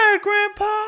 Grandpa